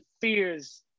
fears